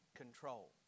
control